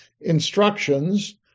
instructions